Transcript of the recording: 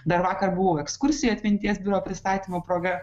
dar vakar buvau ekskursijoj atminties biuro pristatymo proga